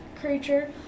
creature